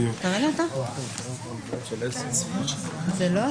הישיבה ננעלה בשעה 09:50.